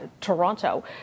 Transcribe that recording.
Toronto